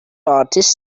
artist